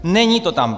Není to tam.